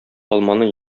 алманы